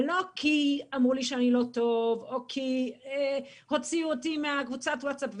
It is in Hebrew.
ולא כי אמרו לי שאני לא טוב או כי הוציאו אותו מקבוצת הווטסאפ.